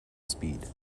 speed